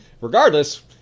Regardless